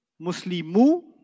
Muslimu